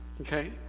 okay